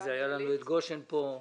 היה לנו את גושן פה.